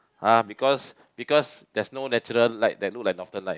ah because because there's no natural light that look like Northern-Light